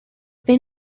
been